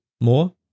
more